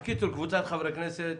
של קבוצת חברי כנסת.